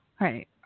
right